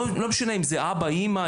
לא משנה אם זה אבא או אימא,